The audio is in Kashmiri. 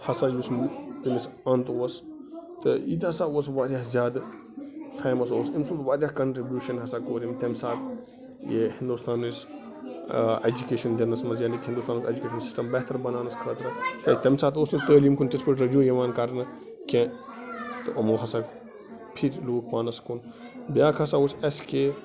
ہَسا یُس أمِس اَنت اوس تہٕ یہِ تہِ ہَسا اوس واریاہ زیادٕ فیٚمَس اوس أمۍ سُنٛد واریاہ کَنٛٹربیٛوٗشَن ہَسا کوٚر أمۍ تَمہِ ساتہٕ یہِ ہِنٛدوستانٕچ ایجوکیشَن دِنَس منٛز یعنی کہِ ہِنٛدوستانُک ایجوکیشَن سِسٹَم بہتر بَناوَس خٲطرٕ کیٛازِ تَمہِ ساتہٕ اوس نہٕ تٲلیٖم کُن تِتھٕ پٲٹھۍ رَجوٗع یِوان کَرنہٕ کیٚنٛہہ تہٕ اُمو ہَسا پھِرۍ لوٗکھ پانَس کُن بیٛاکھ ہسا اوس ایٚس کے